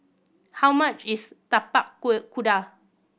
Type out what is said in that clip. how much is tapak kuda